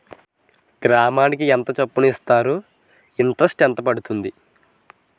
గ్రాముకి ఎంత చప్పున ఇస్తారు? ఇంటరెస్ట్ ఎంత పడుతుంది?